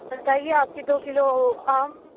بتائیے آپ کے دو کلو آم